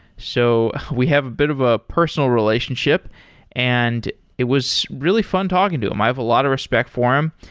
so we have a bit of a personal relationship and it was really fun talking to him. i have a lot of respect for him,